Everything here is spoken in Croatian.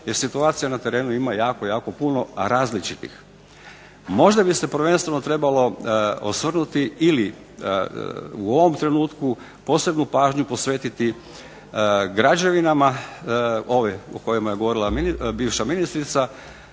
Jer situacija na terenu ima jako, jako puno, a različitih. Možda bi se prvenstveno trebalo osvrnuti ili u ovom trenutku posebnu pažnju posvetiti građevinama ove o kojima je govorila bivša ministrica